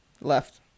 Left